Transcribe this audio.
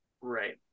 Right